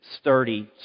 sturdy